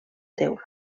teula